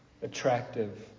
Attractive